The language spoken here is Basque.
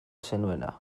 zenuena